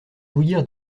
bouillir